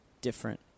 different